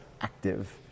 active